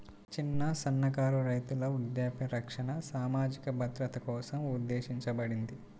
చిన్న, సన్నకారు రైతుల వృద్ధాప్య రక్షణ సామాజిక భద్రత కోసం ఉద్దేశించబడింది